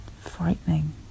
frightening